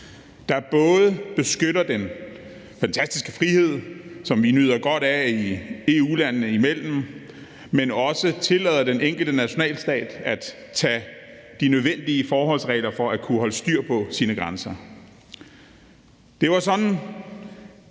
der både beskytter den fantastiske frihed, som vi nyder godt af EU-landene imellem, men også tillader den enkelte nationalstat at tage de nødvendige forholdsregler for at kunne holde styr på sine grænser. Det var sådan